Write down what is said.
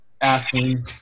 asking